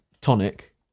tonic